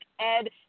Ed